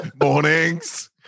Mornings